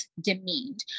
demeaned